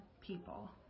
people